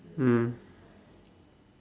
mm